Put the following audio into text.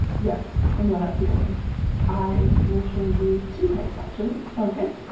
yes, i know that feeling i will show you two types actually sounds good?